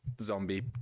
zombie